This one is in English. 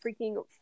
freaking